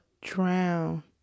drown